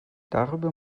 darüber